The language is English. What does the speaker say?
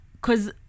cause